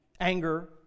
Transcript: Anger